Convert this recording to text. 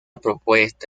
propuesta